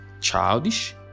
childish